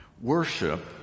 Worship